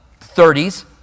30s